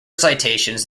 citations